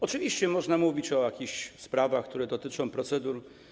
Oczywiście można mówić o sprawach, które dotyczą procedur.